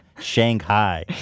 Shanghai